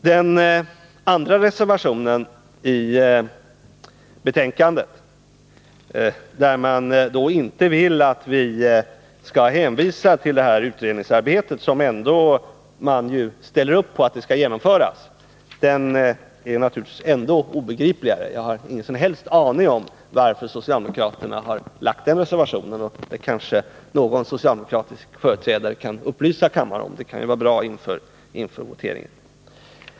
Den andra reservationen vid betänkandet — enligt vilken man inte vill att vi skall hänvisa till det här utredningsarbetet trots att man ställer upp för att det skall genomföras — är naturligtvis ännu obegripligare. Jag har ingen som helst aning om varför socialdemokraterna har framställt den reservationen. Det kanske någon socialdemokratisk företrädare kan upplysa kammaren om. Det kan ju vara bra inför voteringen.